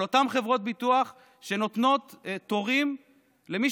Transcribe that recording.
על אותן חברות ביטוח שנותנות תורים למי